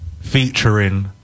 Featuring